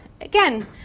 again